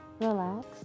relax